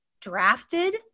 drafted